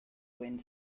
wind